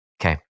Okay